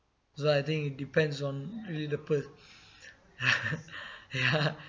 so I think it depends on the people ya